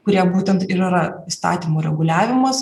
kurie būtent ir yra įstatymų reguliavimas